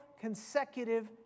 consecutive